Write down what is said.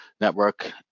network